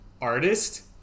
artist